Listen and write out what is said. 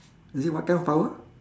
is it what kind of power